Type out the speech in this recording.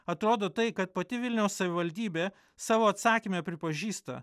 atrodo tai kad pati vilniaus savivaldybė savo atsakyme pripažįsta